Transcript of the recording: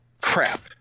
crap